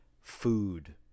food